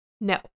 No